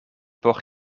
por